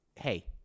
Hey